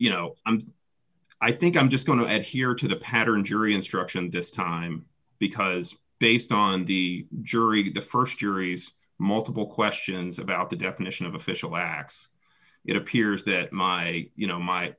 you know i think i'm just going to add here to the pattern jury instruction dissed time because based on the jury the st yuri's multiple questions about the definition of official acts it appears that my you know my